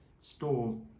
store